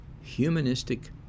humanistic